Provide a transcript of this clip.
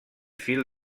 fil